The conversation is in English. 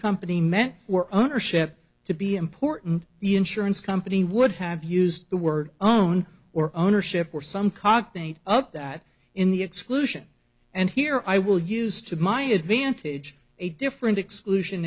company meant for ownership to be important the insurance company would have used the word own or ownership or some cognate up that in the exclusion and here i will use to my advantage a different exclusion